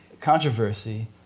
controversy